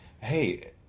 hey